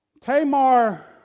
Tamar